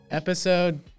Episode